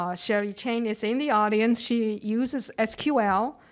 um sherry chang, is in the audience, she uses sql